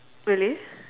really